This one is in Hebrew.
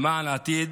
למען עתיד